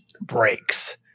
breaks